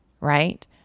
right